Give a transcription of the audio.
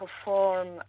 perform